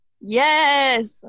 Yes